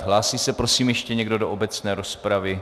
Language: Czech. Hlásí se prosím ještě někdo do obecné rozpravy?